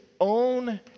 own